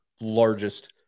largest